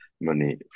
money